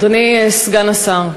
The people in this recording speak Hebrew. אדוני סגן השר,